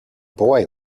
boy